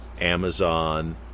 amazon